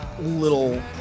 little